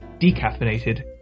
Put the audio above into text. decaffeinated